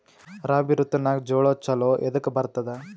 ರಾಬಿ ಋತುನಾಗ್ ಜೋಳ ಚಲೋ ಎದಕ ಬರತದ?